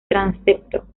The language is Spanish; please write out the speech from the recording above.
transepto